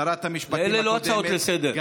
אלה לא הצעות לסדר-היום.